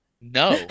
no